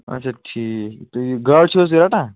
اَچھا ٹھیٖک تہٕ یہِ گاڈٕ چھِو حظ تُہۍ رَٹان